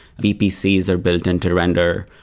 vpcs are built in to render,